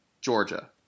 Georgia